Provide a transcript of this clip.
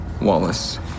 Wallace